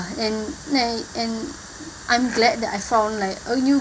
and like and I'm glad that I found like uh a new